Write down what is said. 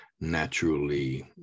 naturally